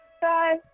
bye